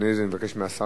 השר